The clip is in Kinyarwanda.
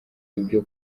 ibyo